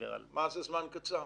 מה זה זמן קצר?